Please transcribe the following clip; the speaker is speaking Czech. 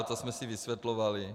To jsme si vysvětlovali.